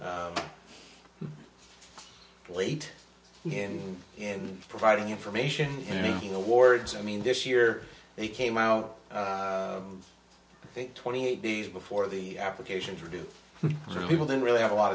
late in and providing information and making awards i mean this year they came out twenty eight days before the applications are due people don't really have a lot